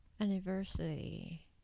anniversary